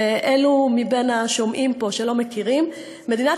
לאלו מבין השומעים פה שלא מכירים: למדינת